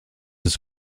ist